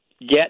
Get